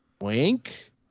wink